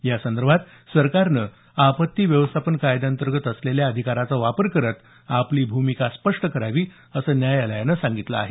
यासंदर्भात सरकारनं आपत्ती व्यवस्थापन कायद्यांतर्गत असलेल्या अधिकाराचा वापर करत आपली भूमिका स्पष्ट करावी असं न्यायालयानं सांगितलं आहे